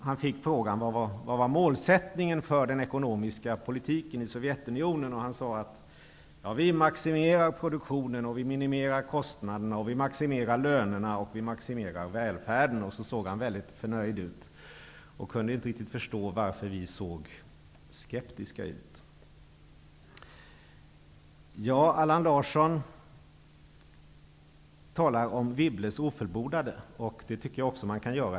Han fick frågan vad som var målsättningen för den ekonomiska politiken i Sovjetunionen. Han sade: Vi maximerar produktionen och minimerar kostnaderna, och vi maximerar lönerna och maximerar välfärden. Han såg sedan mycket nöjd ut och kunde inte riktigt förstå varför vi såg skeptiska ut. Allan Larsson talar om Wibbles ofullbordade, och det tycker också jag att man kan göra.